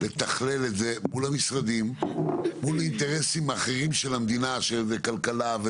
לתכלל את זה מול המשרדים ומול אינטרסים אחרים של המדינה שהם כלכלה,